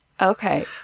Okay